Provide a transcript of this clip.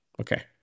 okay